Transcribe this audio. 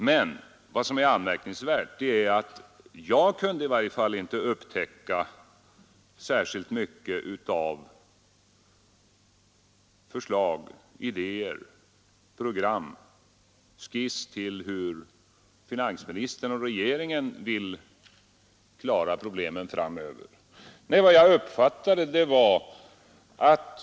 Men det är anmärkningsvärt att finans ministern inte hade några förslag, idéer, program eller skisser till hur finansministern och regeringen vill lösa problemen framöver att komma med; jag kunde i varje fall inte upptäcka några sådana.